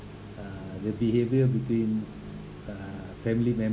uh the behaviour between uh family member